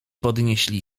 podnieśli